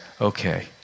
okay